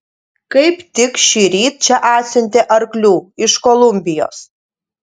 kaip tik šįryt čia atsiuntė arklių iš kolumbijos